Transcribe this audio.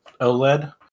oled